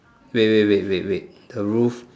wait wait wait wait wait the roof